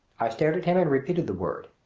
i stared at him and repeated the word.